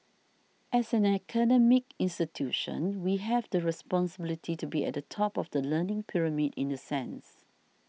as an academic institution we have the responsibility to be at the top of the learning pyramid in the sense